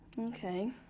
Okay